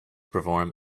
perform